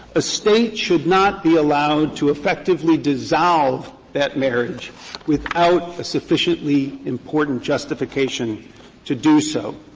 a state should not be allowed to effectively dissolve that marriage without a sufficiently important justification to do so.